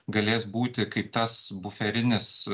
galės būti kaip tas buferinis